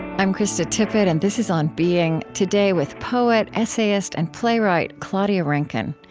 i'm krista tippett, and this is on being. today with poet, essayist, and playwright claudia rankine.